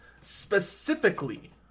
specifically